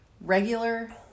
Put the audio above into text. regular